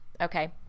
okay